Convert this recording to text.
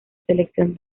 selección